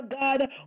God